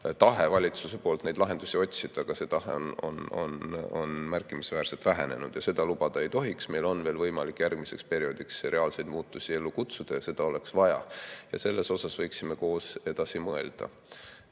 ka valitsuse tahe neid lahendusi otsida märkimisväärselt vähenenud, ja seda lubada ei tohiks. Meil on veel võimalik järgmiseks perioodiks reaalseid muutusi ellu kutsuda, seda oleks vaja ja selle üle võiksime koos edasi mõelda.